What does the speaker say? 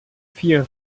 vier